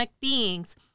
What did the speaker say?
beings